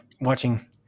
watching